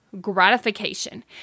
gratification